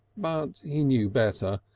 but he knew better.